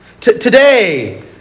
Today